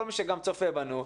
כל מי שגם צופה בנו,